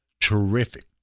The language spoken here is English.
terrific